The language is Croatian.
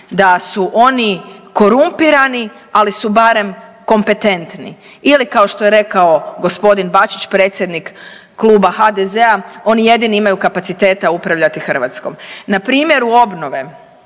da su oni korumpirani ali su barem kompetentni ili kao što je rekao gospodin Bačić predsjednik Kluba HDZ-a oni jedino imaju kapaciteta upravljati Hrvatskom. Na primjeru obnove